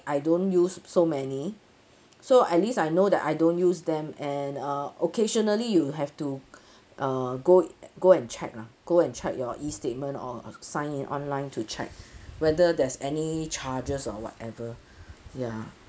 I don't use so many so at least I know that I don't use them and uh occasionally you have to uh go go and check lah go and check your e statement or sign in online to check whether there's any charges or whatever ya